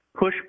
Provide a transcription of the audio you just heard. pushback